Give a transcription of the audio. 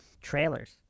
trailers